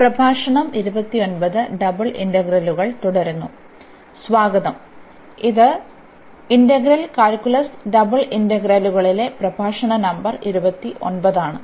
സ്വാഗതം ഇത് integral calculus double ഇന്റഗ്രലുകളിലെ പ്രഭാഷണ നമ്പർ 29 ആണ്